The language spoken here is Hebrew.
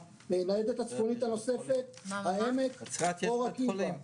הניידת הצפונית הנוספת - העמק, אור עקיבא.